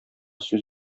сүз